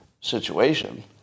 situation